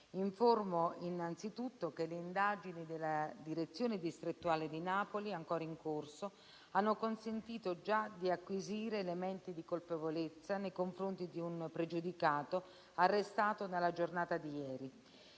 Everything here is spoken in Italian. informo innanzitutto che le indagini della Direzione distrettuale antimafia di Napoli, ancora in corso, hanno consentito di acquisire già elementi di colpevolezza nei confronti di un pregiudicato arrestato nella giornata di ieri.